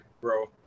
bro